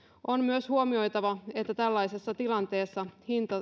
on myös huomioitava että tällaisessa tilanteessa